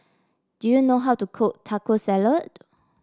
do you know how to cook Taco Salad